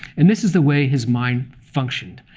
and this is the way his mind functioned.